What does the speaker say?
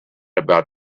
about